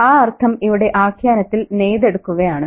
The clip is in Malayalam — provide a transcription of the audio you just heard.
ആ അർത്ഥം ഇവിടെ ആഖ്യാനത്തിൽ നെയ്തെടുക്കുകയാണ്